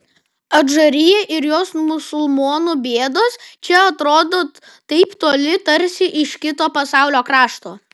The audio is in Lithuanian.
adžarija ir jos musulmonų bėdos čia atrodo taip toli tarsi iš kito pasaulio krašto